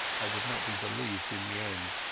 i would not be believed in the end.